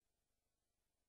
ואין הסבר אחר,